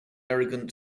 arrogant